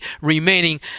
remaining